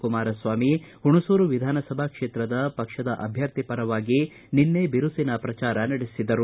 ಕುಮಾರಸ್ವಾಮಿ ಮಣಸೂರು ವಿಧಾನಸಭಾ ಕ್ಷೇತ್ರದ ಪಕ್ಷದ ಅಭ್ಯರ್ಥಿ ಪರವಾಗಿ ನಿನ್ನೆ ಬಿರುಸಿನ ಪ್ರಚಾರ ನಡೆಸಿದರು